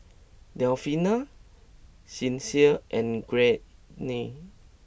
Delfina Sincere and Gwyneth